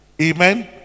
amen